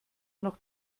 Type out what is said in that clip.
noch